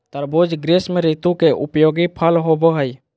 तरबूज़ ग्रीष्म ऋतु के उपयोगी फल होबो हइ